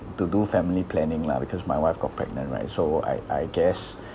to do family planning lah because my wife got pregnant right so I I guess